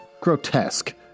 Grotesque